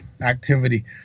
activity